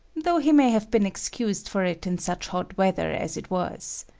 though he may have been excused for it in such hot weather as it was.